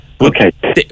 Okay